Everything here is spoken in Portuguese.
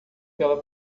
pela